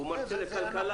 הוא מרצה לכלכלה.